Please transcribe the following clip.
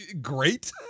Great